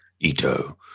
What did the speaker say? Ito